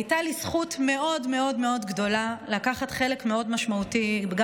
הייתה לי זכות מאוד מאוד גדולה לקחת חלק מאוד משמעותי גם